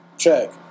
check